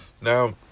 now